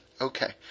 Okay